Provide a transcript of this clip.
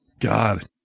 God